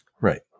Right